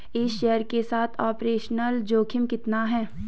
इस शेयर के साथ ऑपरेशनल जोखिम कितना है?